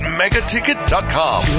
megaticket.com